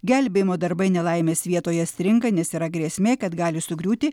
gelbėjimo darbai nelaimės vietoje stringa nes yra grėsmė kad gali sugriūti